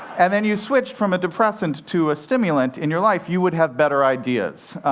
and then you switched from a depressant to a stimulant in your life. you would have better ideas.